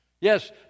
Yes